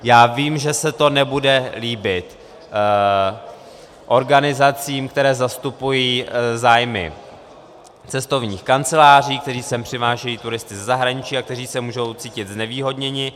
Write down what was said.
Já vím, že se to nebude líbit organizacím, které zastupují zájmy cestovních kanceláří, které sem přivážejí turisty ze zahraničí a které se mohou cítit znevýhodněny.